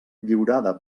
lliurada